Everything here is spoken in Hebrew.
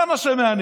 זה מה שמעניין.